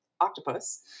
octopus